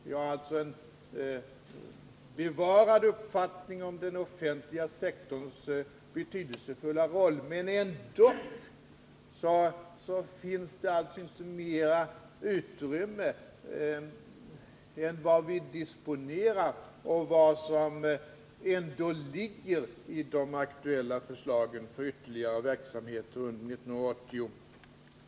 Vi har alltså kvar vår uppfattning om den offentliga sektorns betydelsefulla roll, men det finns alltså inte större utrymme än vad vi disponerar genom de aktuella förslagen för ytterligare verksamheter under 1980.